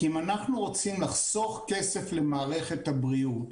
כי אם אנחנו רוצים לחסוך כסף למערכת הבריאות,